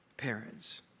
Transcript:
parents